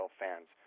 fans